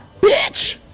Bitch